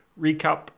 recap